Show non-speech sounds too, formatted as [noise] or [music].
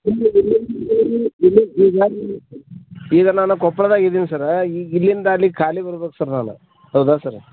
[unintelligible] ಈಗ ನಾನು ಕೊಪ್ಳದಾಗ ಇದೀನಿ ಸರಾ ಈಗ ಇಲ್ಲಿಂದ ಅಲ್ಲಿಗೆ ಖಾಲಿ ಬರ್ಬೇಕು ಸರ್ ನಾನು ಹೌದಾ ಸರ್